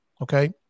okay